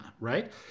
right